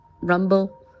Rumble